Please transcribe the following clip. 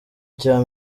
cya